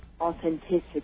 authenticity